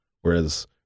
whereas